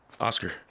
Oscar